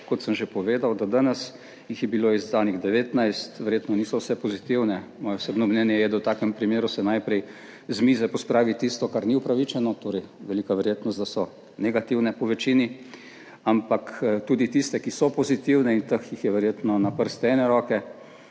kot sem že povedal do danes jih je bilo izdanih 19, verjetno niso vse pozitivne - moje osebno mnenje je, da v takem primeru se najprej z mize pospravi tisto, kar ni upravičeno, torej velika verjetnost, da so negativne, po večini -, ampak tudi tiste, ki so pozitivne, in teh jih je verjetno na prste ene roke.